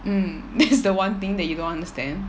mm this is the one thing that you don't understand